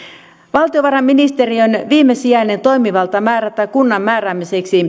valtiovarainministeriön viimesijainen toimivalta määrätä kunta